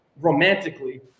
romantically